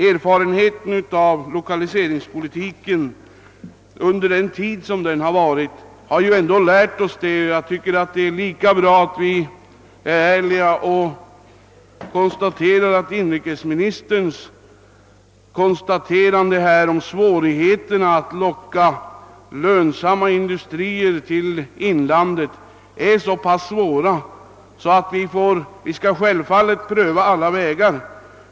Erfarenheterna av lokaliseringspolitiken under den tid den funnits har ändå lärt oss att samhället måste träda in. Det är lika bra att vi är ärliga och inser det riktiga i inrikesministerns konstaterande att svårigheterna att locka lönsamma industrier till inlandet är stora, men vi måste självfallet pröva alla vägar.